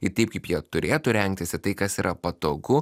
į taip kaip jie turėtų rengtis į tai kas yra patogu